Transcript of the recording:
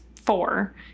four